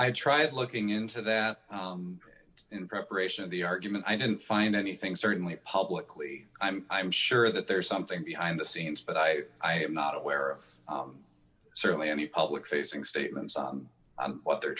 i tried looking into that in preparation of the argument i didn't find anything certainly publicly i'm i'm sure that there is something behind the scenes but i i am not aware of certainly any public facing statements what they're